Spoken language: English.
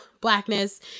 blackness